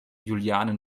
juliane